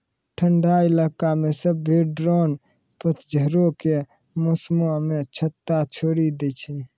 ठंडा इलाका मे सभ्भे ड्रोन पतझड़ो के मौसमो मे छत्ता छोड़ि दै छै